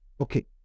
Okay